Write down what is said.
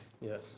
Yes